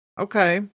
Okay